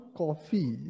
coffee